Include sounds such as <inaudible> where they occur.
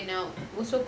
<noise>